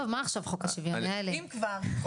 יש